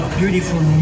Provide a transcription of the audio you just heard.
beautiful